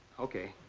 okay.